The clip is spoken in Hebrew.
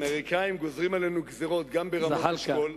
האמריקנים גוזרים עלינו גזירות גם ברמות-אשכול,